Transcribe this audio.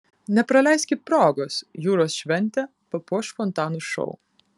nepraleiskit progos jūros šventę papuoš fontanų šou